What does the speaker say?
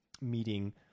meeting